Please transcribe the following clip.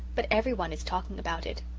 but every one is talking about it.